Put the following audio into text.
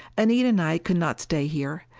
anita and i could not stay here.